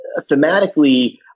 thematically